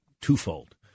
twofold